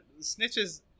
Snitches